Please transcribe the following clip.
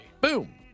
Boom